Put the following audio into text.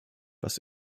was